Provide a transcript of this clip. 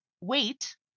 wait